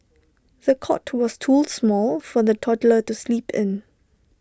the cot was too small for the toddler to sleep in